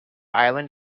island